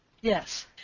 Yes